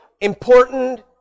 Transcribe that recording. important